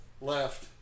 Left